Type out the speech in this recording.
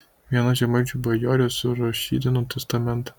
viena žemaičių bajorė surašydino testamentą